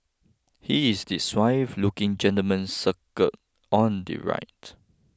he is the suave looking gentleman circled on the right